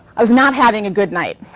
i was not having a good night.